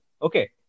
Okay